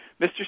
Mr